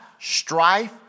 Strife